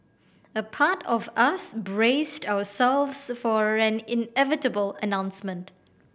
a part of us braced ourselves for an inevitable announcement